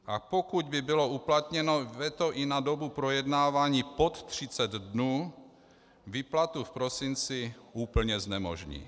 A pokud by bylo uplatněno veto i na dobu projednávání pod 30 dnů, výplatu v prosinci úplně znemožní.